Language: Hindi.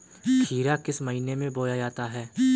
खीरा किस महीने में बोया जाता है?